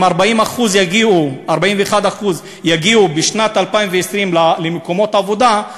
אם 41% יגיעו בשנת 2020 למקומות עבודה,